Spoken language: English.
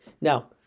Now